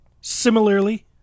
similarly